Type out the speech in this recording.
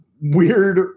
weird